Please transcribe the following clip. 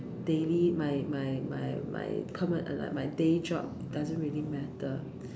daily my my my my perma~ day job doesn't really matter